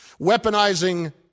Weaponizing